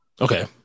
Okay